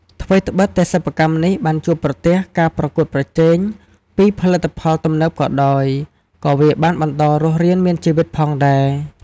ថ្វីត្បិតតែសិប្បកម្មនេះបានជួបប្រទះការប្រកួតប្រជែងពីផលិតផលទំនើបក៏ដោយ ក៏វាបានបន្តរស់រានមានជីវិតផងដេរ។